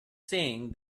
saying